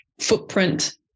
footprint